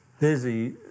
busy